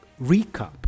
recap